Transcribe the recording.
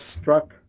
struck